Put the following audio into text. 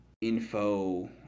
info